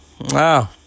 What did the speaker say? Wow